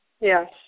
Yes